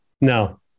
no